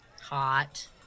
Hot